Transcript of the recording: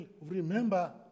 remember